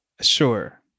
Sure